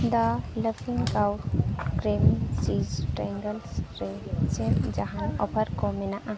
ᱫᱟ ᱞᱟᱯᱷᱤᱝ Cow creamy cheese triangles ᱨᱮ ᱪᱮᱫ ᱡᱟᱦᱟᱱ ᱚᱯᱷᱟᱨ ᱠᱚ ᱢᱮᱱᱟᱜᱼᱟ